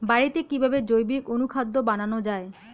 বাড়িতে কিভাবে জৈবিক অনুখাদ্য বানানো যায়?